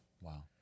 Wow